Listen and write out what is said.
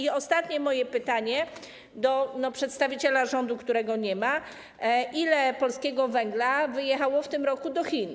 I ostatnie moje pytanie do przedstawiciela rządu, którego nie ma: Ile polskiego węgla wyjechało w tym roku do Chin?